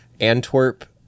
Antwerp